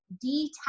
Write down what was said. detach